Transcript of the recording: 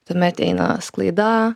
tuomet eina sklaida